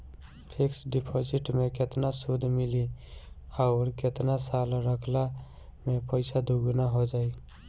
Fix deposit मे केतना सूद मिली आउर केतना साल रखला मे पैसा दोगुना हो जायी?